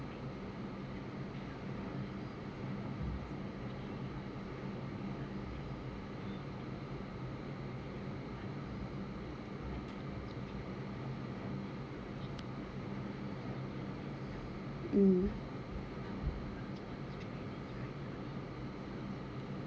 mmhmm